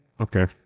Okay